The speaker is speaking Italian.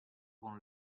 con